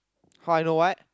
how I know what